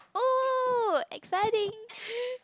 oh exciting